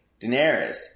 Daenerys